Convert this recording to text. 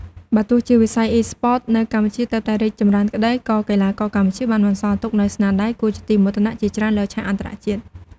បើទោះជាវិស័យ Esports នៅកម្ពុជាទើបតែរីកចម្រើនក្តី ក៏កីឡាករកម្ពុជាបានបន្សល់ទុកនូវស្នាដៃគួរជាទីមោទនៈជាច្រើនលើឆាកអន្តរជាតិ។